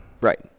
Right